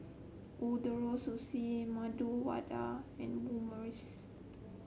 Ootoro Sushi Medu Vada and Omurice